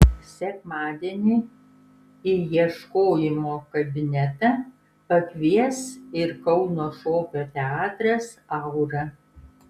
sekmadienį į ieškojimų kabinetą pakvies ir kauno šokio teatras aura